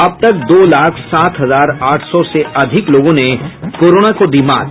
अब तक दो लाख सात हजार आठ सौ से अधिक लोगों ने कोरोना को दी मात